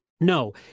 No